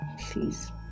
please